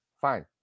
fine